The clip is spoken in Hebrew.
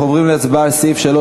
אנחנו עוברים להצבעה על סעיף 3,